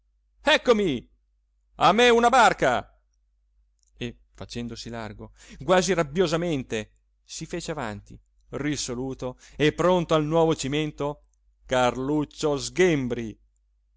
eccomi a me una barca e facendosi largo quasi rabbiosamente si fece avanti risoluto e pronto al nuovo cimento carluccio sghembri